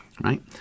right